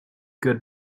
good